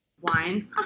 Wine